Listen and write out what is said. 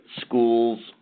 schools